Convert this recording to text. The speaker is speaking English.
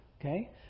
Okay